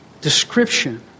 description